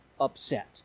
upset